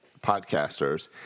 podcasters